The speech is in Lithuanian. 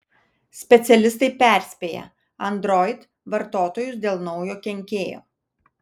specialistai perspėja android vartotojus dėl naujo kenkėjo